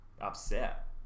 upset